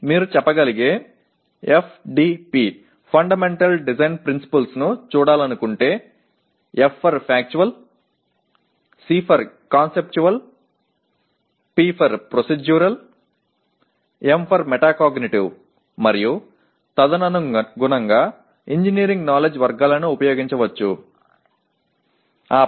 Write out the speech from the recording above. நீங்கள் சொல்லக்கூடிய FDP க்கேட்ப பொறியியல் அடிப்படை வடிவமைப்பு கோட்பாடுகளைப்பார்க்க விரும்பினால் F for Factual C for Conceptual P for Procedural M for Metacognitive அறிவு வகைகளை நாம் பயன்படுத்தலாம்